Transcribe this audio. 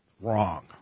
Wrong